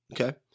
okay